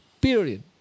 period